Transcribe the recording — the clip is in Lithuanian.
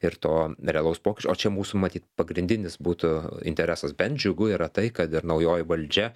ir to realaus pokyčio o čia mūsų matyt pagrindinis būtų interesas bent džiugu yra tai kad ir naujoji valdžia